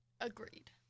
Agreed